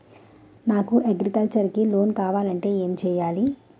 నాకు అగ్రికల్చర్ కి లోన్ కావాలంటే ఏం చేయాలి?